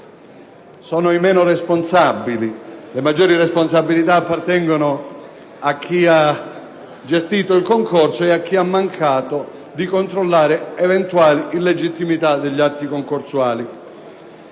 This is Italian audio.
sono i meno responsabili, perché le maggiori responsabilità appartengono a chi ha gestito il concorso e che ha mancato di controllare eventuali illegittimità degli atti concorsuali.